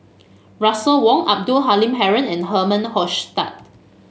Russel Wong Abdul Halim Haron and Herman Hochstadt